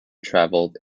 traveled